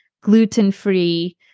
gluten-free